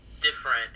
different